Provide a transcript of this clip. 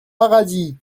paradis